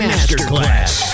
Masterclass